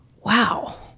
Wow